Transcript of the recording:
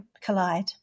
collide